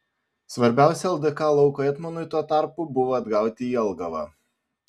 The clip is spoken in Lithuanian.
svarbiausia ldk lauko etmonui tuo tarpu buvo atgauti jelgavą